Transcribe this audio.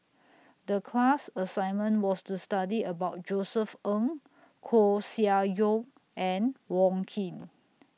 The class assignment was to study about Josef Ng Koeh Sia Yong and Wong Keen